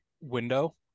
window